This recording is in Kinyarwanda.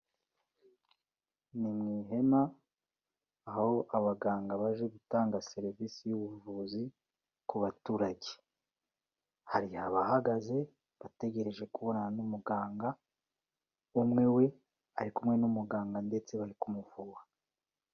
Ni mu ihema aho abaganga baje gutanga serivisi y'ubuvuzi ku baturage. Hari abahagaze bategereje kubonana n'umuganga, umwe we ari kumwe n'umuganga ndetse bari kumuvura.